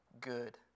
good